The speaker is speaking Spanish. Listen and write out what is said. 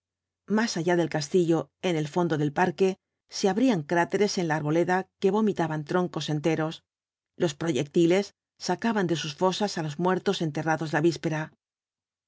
más allá del castillo en el fondo del parque se abrían cráteres en la arboleda que vomitaban troncos enteros los proyectiles sacaban de sus fosas á los muertos enterrados la víspera